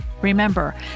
Remember